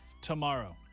Tomorrow